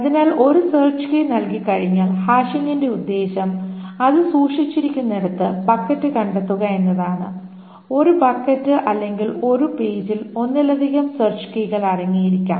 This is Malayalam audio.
അതിനാൽ ഒരു സെർച്ച് കീ നൽകിക്കഴിഞ്ഞാൽ ഹാഷിംഗിന്റെ ഉദ്ദേശം അത് സൂക്ഷിച്ചിരിക്കുന്നിടത്ത് ബക്കറ്റ് കണ്ടെത്തുക എന്നതാണ് ഒരു ബക്കറ്റ് അല്ലെങ്കിൽ ഒരു പേജിൽ ഒന്നിലധികം സെർച്ച് കീകൾ അടങ്ങിയിരിക്കാം